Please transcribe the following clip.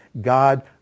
God